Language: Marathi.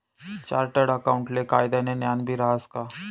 चार्टर्ड अकाऊंटले कायदानं ज्ञानबी रहास का